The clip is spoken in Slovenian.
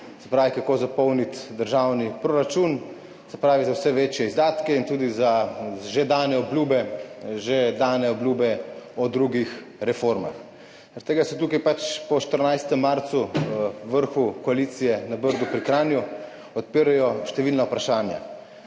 kako zapolniti državni proračun, za vse večje izdatke in tudi za že dane obljube o drugih reformah. Zaradi tega se tukaj po 14. marcu, vrhu koalicije na Brdu pri Kranju, odpirajo številna vprašanja.